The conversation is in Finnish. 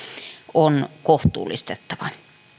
on kohtuullistettava